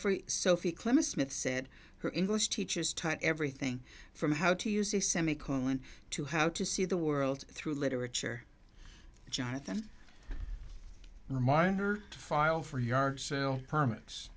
for sophie clima smith said her english teachers taught everything from how to use a semi colon to how to see the world through literature jonathan reminder to file for yard sale permits